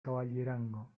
caballerango